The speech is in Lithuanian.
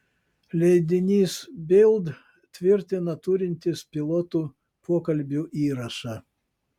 leidinys bild tvirtina turintis pilotų pokalbių įrašą